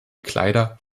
kleider